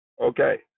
Okay